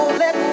let